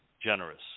generous